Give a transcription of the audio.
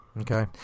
okay